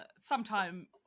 sometime